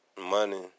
money